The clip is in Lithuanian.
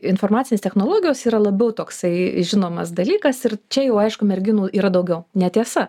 informacinės technologijos yra labiau toksai žinomas dalykas ir čia jau aišku merginų yra daugiau netiesa